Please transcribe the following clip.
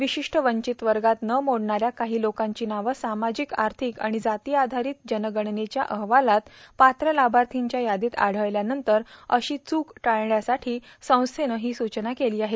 विशिष्ट वंचित वर्गात न मोडणाऱ्या काही लोकांची नावं सामाजिक आर्थिक आणि जाती आधारित जनगणनेच्या अहवालातए पात्र लाभार्थींच्या यादीत आढळल्यानंतर अशी चूक टाळण्यासाठी संस्थेनं ही सूचना केली आहे